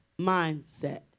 mindset